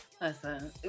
Listen